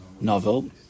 Novel